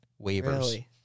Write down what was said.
waivers